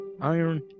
iron